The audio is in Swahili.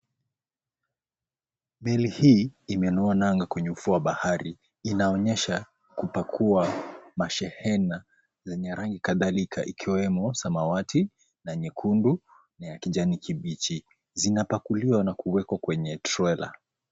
Meli hii, imenoa nanga kwenye ufuo wa bahari. Inaonyesha kupakua mashehena zenye rangi kadhalilka ikiwemo samawati na nyekundu na ya kijani kibichi. Zinapakuliwa na kuwekwa kwenye trela.